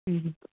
ಹ್ಞೂ ಹ್ಞೂ